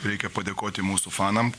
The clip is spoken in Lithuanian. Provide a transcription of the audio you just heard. reikia padėkoti mūsų fanam